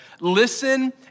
Listen